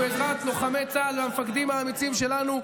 ובעזרת לוחמי צה"ל והמפקדים האמיצים שלנו,